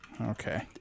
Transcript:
Okay